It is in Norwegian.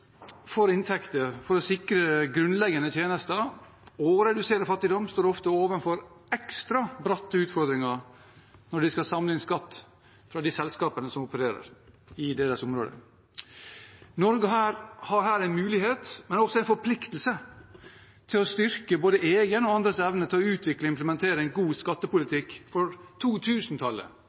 for inntekter for å sikre grunnleggende tjenester og redusere fattigdom, står ofte overfor ekstra bratte utfordringer når de skal samle inn skatt fra de selskapene som opererer i deres område. Norge har her en mulighet, men også en forpliktelse, til å styrke både egen og andres evne til å utvikle og implementere en god skattepolitikk for